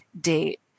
date